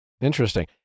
Interesting